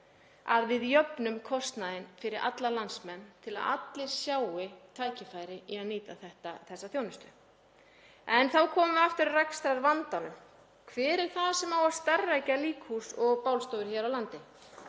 að við jöfnum kostnaðinn fyrir alla landsmenn til að allir sjái tækifæri í að nýta þessa þjónustu. En þá komum við aftur að rekstrarvandanum. Hver er það sem á að starfrækja líkhús og bálstofur hér á landi?